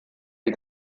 die